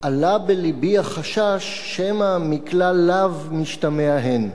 עלה בלבי החשש שמא מכלל לאו משתמע הן.